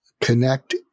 connect